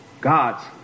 God's